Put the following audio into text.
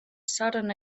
sudden